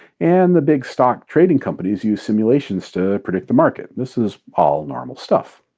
and the big stock trading companies use simulations to predict the market. this is all normal stuff.